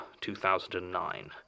2009